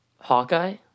Hawkeye